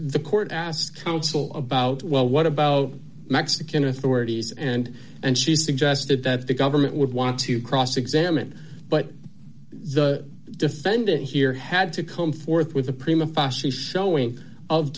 the court ask counsel about well what about mexican authorities and and she suggested that the government would want to cross examine but the defendant here had to come forth with a prima fascia showing of